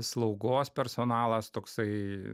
slaugos personalas toksai